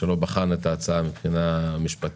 שעוד לא בחנתם את ההצעה מבחינה משפטית.